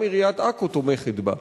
גם עיריית עכו תומכת בה.